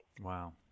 Wow